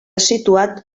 situat